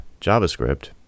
JavaScript